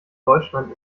deutschland